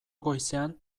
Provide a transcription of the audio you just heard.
goizean